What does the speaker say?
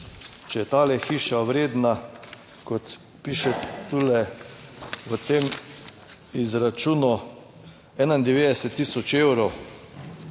če je ta hiša vredna, kot piše tule v tem izračunu, 91 tisoč evrov,